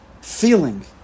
feeling